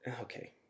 Okay